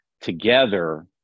together